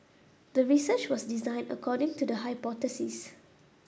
the research was designed according to the hypothesis